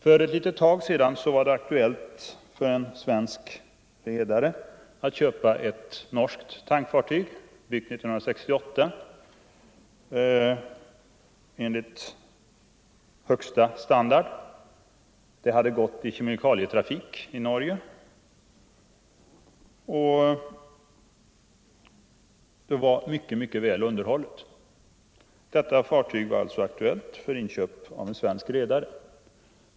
För en liten tid sedan var det aktuellt för en svensk redare att köpa ett norskt tankfartyg, byggt år 1968 enligt högsta standard. Det hade gått i kemikalietrafik i Norge och var synnerligen väl underhållet. Detta fartyg var alltså aktuellt för inköp av en svensk redare.